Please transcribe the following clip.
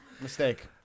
Mistake